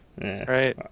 Right